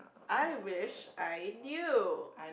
I wish I knew